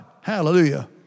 Hallelujah